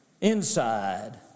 inside